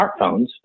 smartphones